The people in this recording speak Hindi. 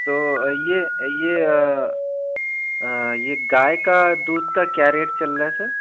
तो यह यह यह गाय का दूध का क्या रेट चल रहा है सर